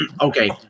Okay